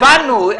הבנו.